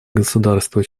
государства